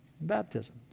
Baptism